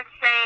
say